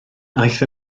aeth